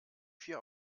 vier